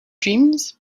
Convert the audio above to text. dreams